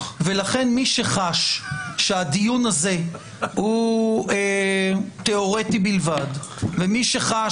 לכן מי שחש שהדיון הזה הוא תיאורטי בלבד ומי שחש